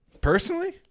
personally